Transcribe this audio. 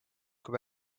kui